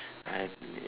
I have leh